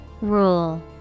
Rule